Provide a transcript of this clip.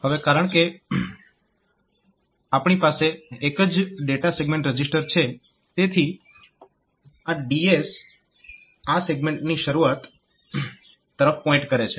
હવે કારણકે આપણી પાસે એક જ ડેટા સેગમેન્ટ રજીસ્ટર છે તેથી DS આ સેગમેન્ટની શરૂઆત તરફ પોઇન્ટ કરે છે